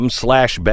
slash